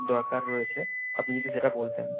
দরকার রয়েছে আপনি যদি সেটা বলতেন